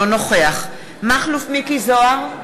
אינו נוכח מכלוף מיקי זוהר,